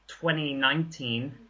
2019